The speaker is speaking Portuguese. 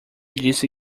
disse